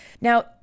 Now